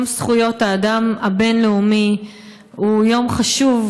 יום זכויות האדם הבין-לאומי הוא יום חשוב,